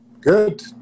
Good